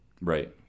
Right